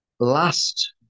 last